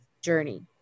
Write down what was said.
journey